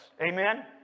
Amen